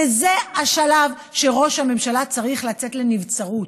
וזה השלב שראש הממשלה צריך לצאת לנבצרות.